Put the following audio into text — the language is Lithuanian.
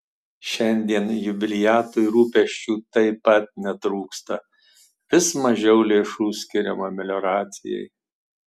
šiandien jubiliatui rūpesčių taip pat netrūksta vis mažiau lėšų skiriama melioracijai